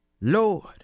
Lord